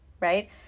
right